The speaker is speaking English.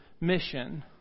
mission